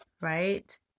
right